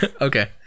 Okay